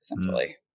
essentially